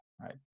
Right